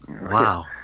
Wow